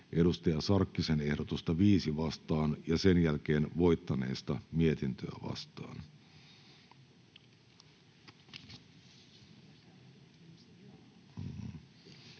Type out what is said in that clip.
6 Hanna Sarkkisen ehdotusta 5 vastaan ja sen jälkeen voittaneesta mietintöä vastaan.